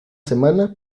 semana